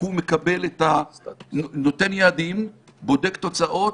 הוא נותן יעדים, בודק תוצאות,